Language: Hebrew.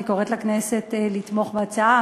אני קוראת לכנסת לתמוך בהצעה.